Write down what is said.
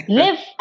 live